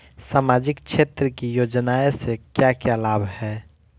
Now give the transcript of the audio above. सामाजिक क्षेत्र की योजनाएं से क्या क्या लाभ है?